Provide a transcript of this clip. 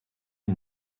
ils